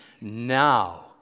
now